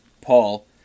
Paul